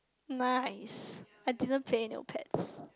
nice I didn't play Neopets